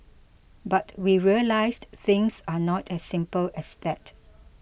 but we realised things are not as simple as that